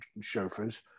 chauffeurs